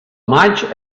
maig